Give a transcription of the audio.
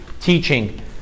teaching